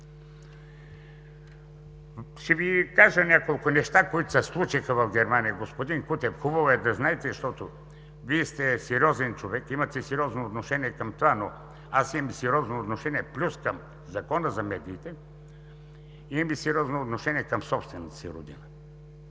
Ще Ви кажа няколко неща, които се случиха в Германия. Господин Кутев, хубаво е да знаете, защото Вие сте сериозен човек, имате сериозно отношение към това, но аз имам сериозно отношение плюс към Закона за медиите, имам и сериозно отношение към собствената си родина.